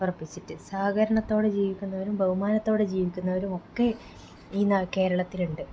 തറപ്പിച്ചിട്ട് സഹകരണത്തോടെ ജീവിക്കുന്നവരും ബഹുമാനത്തോടെ ജീവിക്കുന്നവരും ഒക്കെ ഈ നാ കേരളത്തിലുണ്ട്